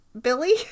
Billy